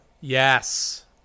Yes